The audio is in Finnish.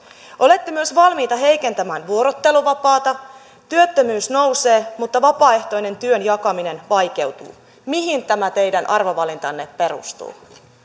olette myös valmiita heikentämään vuorotteluvapaata työttömyys nousee mutta vapaaehtoinen työn jakaminen vaikeutuu mihin tämä teidän arvovalintanne perustuu vielä